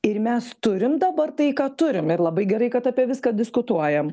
ir mes turim dabar tai ką turim ir labai gerai kad apie viską diskutuojam